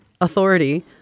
authority